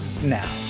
now